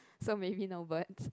so maybe no birds